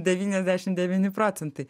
devyniasdešim devyni procentai